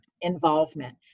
involvement